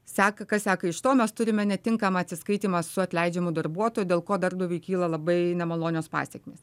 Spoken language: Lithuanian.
seka kas seka iš to mes turime netinkamą atsiskaitymą su atleidžiamu darbuotoju dėl ko darbdaviui kyla labai nemalonios pasekmės